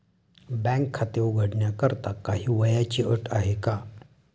बँकेत खाते उघडण्याकरिता काही वयाची अट आहे का?